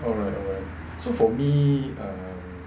alright alright so for me uh